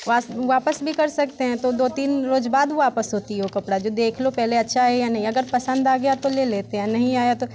वापस भी कर सकते हैं तो दो तीन रोज बाद वापस होती है वो कपड़ा जो देख लो पहले अच्छा है या नहीं अगर पसंद आ गया तो ले लेते हैं आ नहीं आया तो